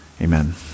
Amen